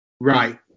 Right